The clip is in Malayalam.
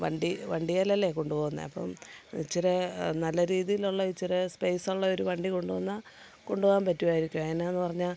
വണ്ടി വണ്ടിയേൽ അല്ലേ കൊണ്ടു പോവുന്നത് അപ്പം ഇച്ചിരേ നല്ല രീതിയിലുള്ള ഇച്ചിരെ സ്പെയ്സുള്ള ഒരു വണ്ടി കൊണ്ടു വന്നാൽ കൊണ്ടു പോവാൻ പറ്റും ആയിരിക്കും എന്നാന്ന് പറഞ്ഞാൽ